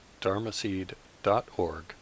dharmaseed.org